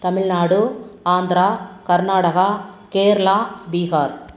Tamil Nadu Andhra Karnataka Kerala Bihar